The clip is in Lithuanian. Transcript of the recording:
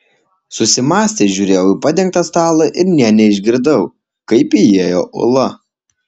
susimąstęs žiūrėjau į padengtą stalą ir nė neišgirdau kaip įėjo ula